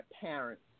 parents